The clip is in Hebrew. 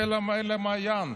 של אל המעיין,